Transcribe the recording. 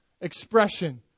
expression